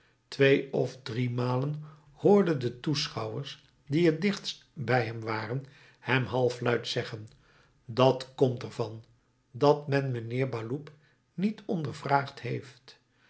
twee of driemalen hoorden de toeschouwers die het dichtst bij hem waren hem halfluid zeggen dat komt er van dat men mijnheer baloup niet ondervraagd heeft